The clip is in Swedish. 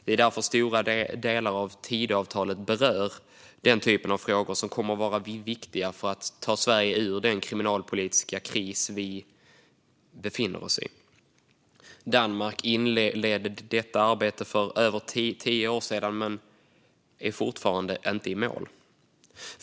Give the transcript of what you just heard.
Det är därför stora delar av Tidöavtalet berör den typen av frågor som kommer att vara viktiga för att ta Sverige ur den kriminalpolitiska kris vi befinner oss i. Danmark inledde detta arbete för över tio år sedan men är fortfarande inte i mål.